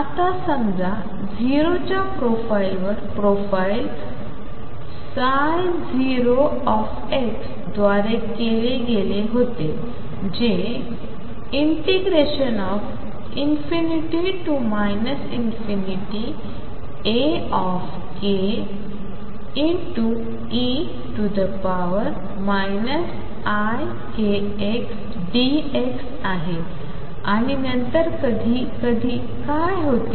आता समजा 0 च्या प्रोफाइलवर प्रोफाइल 0 द्वारे दिले गेले होते जे ∞ Ake ikxdx आहे आणि नंतर कधी कधी काय होते